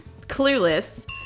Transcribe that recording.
Clueless